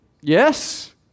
Yes